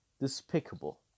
Despicable